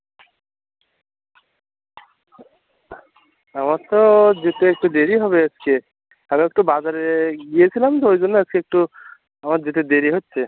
আমার তো যেতে একটু দেরি হবে হচ্ছে কারণ একটু বাজারে গিয়েছিলাম তো ওই জন্য আজকে একটু আমার যেতে দেরি হচ্চে